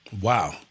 wow